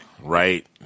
Right